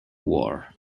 war